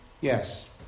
Yes